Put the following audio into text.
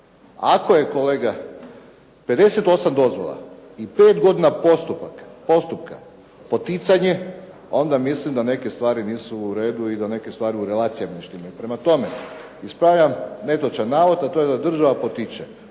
Ako je kolega 58 dozvola i 5 godina postupka poticanje onda mislim da neke stvari nisu u redu i da neke stvari u relacijama ne štimaju. Prema tome, ispravljam netočan navod a to je da država potiče,